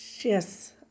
Yes